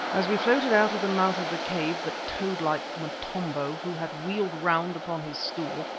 as we floated out of the mouth of the cave the toad-like motombo, who had wheeled round upon his stool,